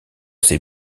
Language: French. ses